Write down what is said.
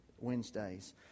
Wednesdays